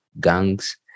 gangs